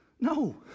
No